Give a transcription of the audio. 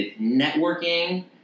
networking